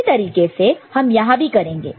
उसी तरीके से हम यहां भी करेंगे